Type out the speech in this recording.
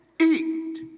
eat